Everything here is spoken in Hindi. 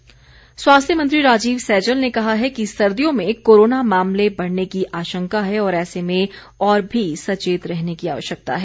सैजल स्वास्थ्य मंत्री राजीव सैजल ने कहा है कि सर्दियों में कोरोना मामले बढने की आशंका है और ऐसे में और भी सचेत रहने की आवश्यकता है